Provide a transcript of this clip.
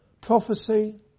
prophecy